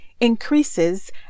increases